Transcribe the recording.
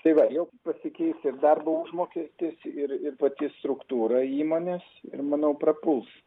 tai va jau pasikeis ir darbo užmokestis ir ir pati struktūra įmonės ir manau prapuls